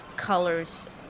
Colors